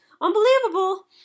Unbelievable